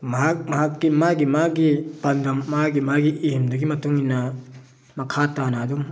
ꯃꯍꯥꯛ ꯃꯍꯥꯛꯀꯤ ꯃꯥꯒꯤ ꯃꯥꯒꯤ ꯄꯥꯟꯗꯝ ꯃꯥꯒꯤ ꯃꯥꯒꯤ ꯑꯦꯝꯗꯨꯒꯤ ꯃꯇꯨꯡ ꯏꯟꯅ ꯃꯈꯥ ꯇꯥꯅ ꯑꯗꯨꯝ